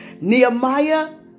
Nehemiah